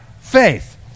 faith